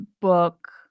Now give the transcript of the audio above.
book